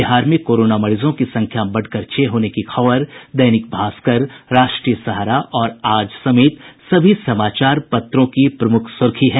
बिहार में कोरोना मरीजों की संख्या बढ़कर छह होने की खबर दैनिक भास्कर राष्ट्रीय सहारा और आज समेत सभी समाचार पत्रों की प्रमुख सुर्खी है